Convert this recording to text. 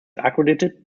accredited